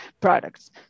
products